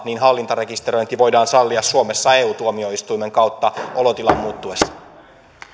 niin hallintarekisteröinti voidaan sallia suomessa eu tuomioistuimen kautta olotilan muuttuessa